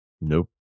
Nope